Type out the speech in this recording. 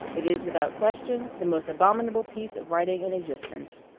it is, without question, the most abominable piece of writing in existence,